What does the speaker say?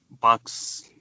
bucks